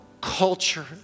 culture